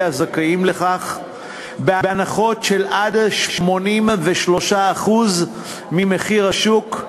הזכאים לכך בהנחות של עד 83% ממחיר השוק,